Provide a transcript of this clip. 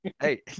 Hey